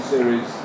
Series